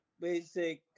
basic